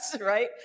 right